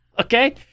Okay